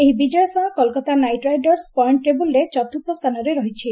ଏହି ବିଜୟ ସହ କୋଲ୍କାତା ନାଇଟ୍ ରାଇଡର୍ସ ପଏଷ୍ଟ୍ ଟେବୁଲ୍ରେ ଚତୁର୍ଥ ସ୍ଥାନରେ ରହିଛି